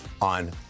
on